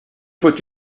faut